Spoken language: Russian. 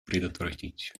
предотвратить